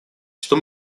что